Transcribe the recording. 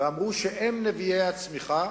ואמרו שהם נביאי הצמיחה,